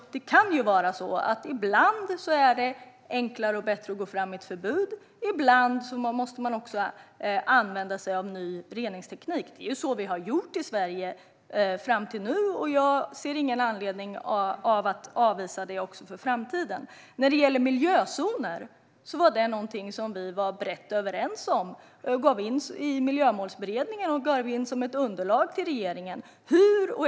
Det kan vara så att ibland är det enklare och bättre att gå fram med ett förbud, ibland måste man också använda sig av ny reningsteknik. Det är så vi har gjort i Sverige fram till nu, och jag ser ingen anledning att avvisa det också för framtiden. Miljözoner var någonting som vi var brett överens om i Miljömålsberedningen och lämnade som underlag till regeringen.